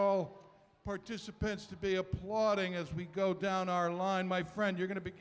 all participants to be applauding as we go down our line my friend you're going to be